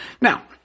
Now